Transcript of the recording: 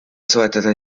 soetada